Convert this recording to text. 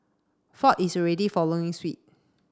Ford is already following